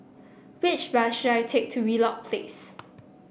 which bus should I take to Wheelock Place